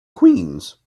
queens